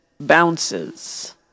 Bounces